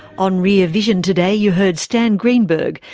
on rear vision today you heard stan greenberg,